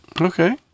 Okay